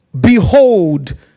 behold